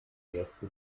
gäste